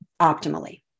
optimally